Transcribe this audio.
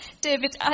David